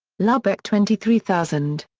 lubeck twenty three thousand.